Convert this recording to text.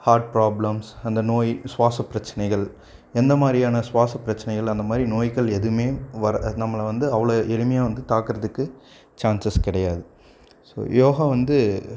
heart problems அந்த நோய் சுவாச பிரச்சினைகள் எந்த மாதிரியான சுவாச பிரச்சினைகள் அந்தமாதிரி நோய்கள் எதுவுமே வர நம்மள வந்து அவ்வளோ எளிமையாக வந்து தாக்கிறதுக்கு சான்சஸ் கிடையாது யோகா வந்து